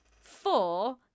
Four